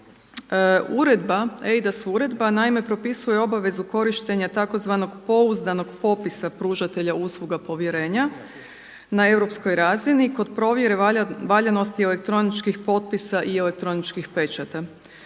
Uredba eIDAS uredba naime propisuje obavezu korištenja tzv. pouzdanog popisa pružatelja usluga povjerenja na europskoj razini kod provjere valjanosti elektroničkih potpisa i elektroničkih pečata.